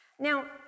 Now